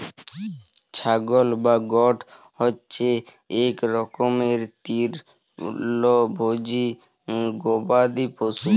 ছাগল বা গট হছে ইক রকমের তিরলভোজী গবাদি পশু